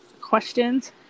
questions